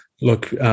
look